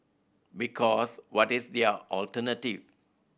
because what is their alternative